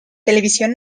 televisión